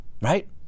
right